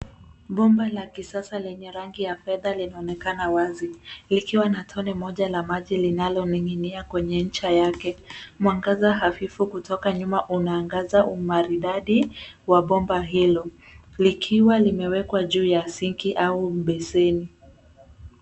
Bomba la kisasa lenye rangi ya fedha linaonekana wazi likiwa na tone moja la maji linaloning'inia kwenye ncha yake. Mwangaza hafifu kutoka nyuma unaangaza umaridadi wa bomba hilo likiwa limewekwa juu ya sinki au besheni.